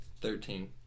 Thirteen